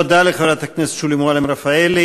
תודה לחברת הכנסת שולי מועלם-רפאלי.